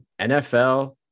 NFL